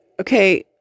okay